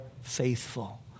faithful